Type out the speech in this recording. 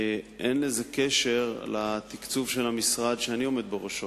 אין לזה קשר לתקצוב של המשרד שאני עומד בראשו.